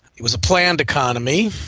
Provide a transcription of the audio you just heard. it was a planned economy,